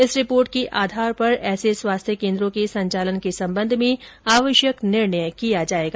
इस रिपोर्ट के आधार पर ऐसे स्वास्थ्य केंद्रो के संचालन के संबंध में आवश्यक निर्णय किया जाएगा